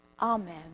Amen